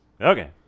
Okay